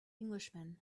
englishman